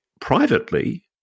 privately